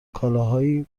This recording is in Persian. کالاهای